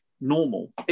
normal